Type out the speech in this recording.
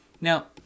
now